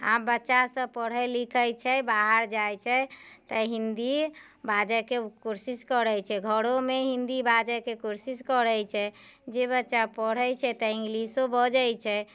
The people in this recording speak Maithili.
आब बच्चा सभ पढ़ैत लिखैत छै बाहर जाइत छै तऽ हिन्दी बाजैके कोशिश करैत छै घरोमे हिन्दी बाजैके कोशिश करैत छै जे बच्चा पढ़ैत छै तऽ इंग्लिशो बजैत छै